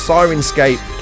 Sirenscape